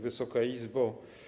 Wysoka Izbo!